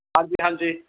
ਹਾਂਜੀ ਹਾਂਜੀ